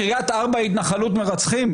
קריית ארבע היא התנחלות מרצחים?